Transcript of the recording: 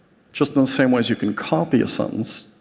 just in the same way as you can copy a sentence,